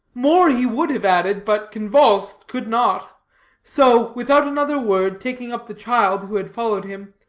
more he would have added, but, convulsed, could not so, without another word, taking up the child, who had followed him,